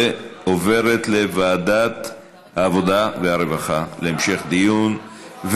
ועוברת לוועדת העבודה והרווחה להמשך דיון.